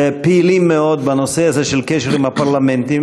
פעילים מאוד בנושא הזה של קשר עם פרלמנטים.